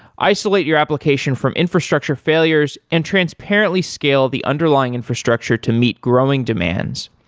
isolate your application from infrastructure failures and transparently scale the underlying infrastructure to meet growing demands,